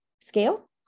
scale